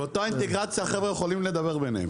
באותה אינטגרציה החבר'ה יכולים לדבר ביניהם?